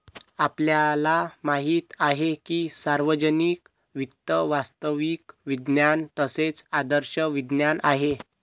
आपल्याला माहित आहे की सार्वजनिक वित्त वास्तविक विज्ञान तसेच आदर्श विज्ञान आहे